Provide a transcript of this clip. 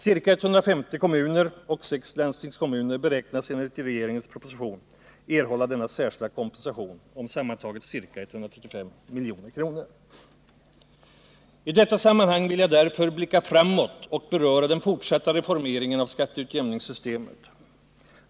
Ca 150 kommuner och sex landstingskommuner beräknas enligt regeringens proposition erhålla denna särskilda kompensation om sammantaget ca 135 milj.kr. I detta sammanhang vill jag därför blicka framåt och beröra den fortsatta reformeringen av skatteutjämningssystemet.